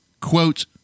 quote